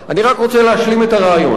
אני רק רוצה להשלים את הרעיון.